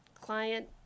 client